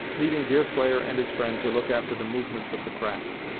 leaving deerslayer and his friend to look after the movements of the craft.